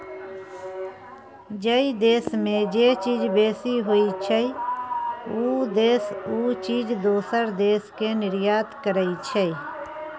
जइ देस में जे चीज बेसी होइ छइ, उ देस उ चीज दोसर देस के निर्यात करइ छइ